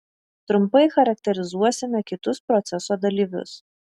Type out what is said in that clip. trumpai charakterizuosime kitus proceso dalyvius